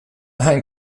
ein